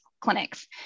clinics